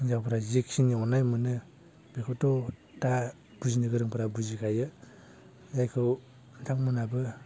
हिनजावफ्रा जिखिनि अननाय मोनो बेखौथ' दा बुजिनो गोरोंफोरा बुजिखायो जायखौ नोंथांमोनहाबो